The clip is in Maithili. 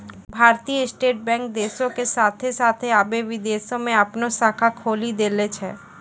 भारतीय स्टेट बैंक देशो के साथे साथ अबै विदेशो मे अपनो शाखा खोलि देले छै